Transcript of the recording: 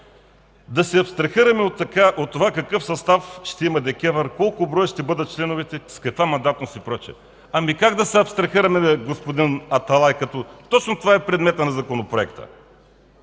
Да се абстрахираме от това какъв състав ще има ДКЕВР, колко броя ще бъдат членовете, с каква мандатност и прочие. Как да се абстрахираме, бе, господин Аталай, като точно това е предметът на законопроекта?